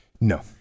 No